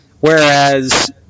Whereas